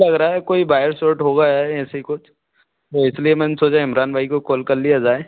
लग रहा है कोई वैर शोट हो गया है ऐसे ही कुछ वो इस लिए मैंने सोचा इमरान भाई को कौल कल लिया जाए